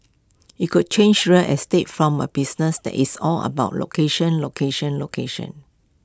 IT could change real estate from A business that is all about location location location